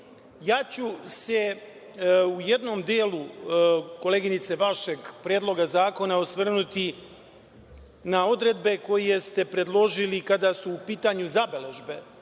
EU.Ja ću se u jednom delu, koleginice, vašeg Predloga zakona osvrnuti na odredbe koje ste predložili kada su u pitanju zabeležbe